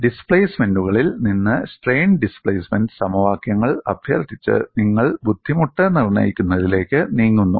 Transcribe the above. ഡിസ്പ്ലേസ്മെന്റുകളിൽ സ്ഥലംമാറ്റങ്ങൾ നിന്ന് strain displacement സമവാക്യങ്ങൾ അഭ്യർത്ഥിച്ച് നിങ്ങൾ ബുദ്ധിമുട്ട് നിർണ്ണയിക്കുന്നതിലേക്ക് നീങ്ങുന്നു